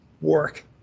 work